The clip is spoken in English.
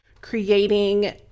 creating